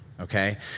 Okay